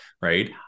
Right